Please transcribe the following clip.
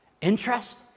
Interest